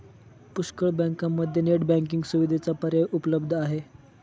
पुष्कळ बँकांमध्ये net banking सुविधेचा पर्याय उपलब्ध आहे